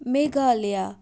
Meghalaya